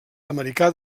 americà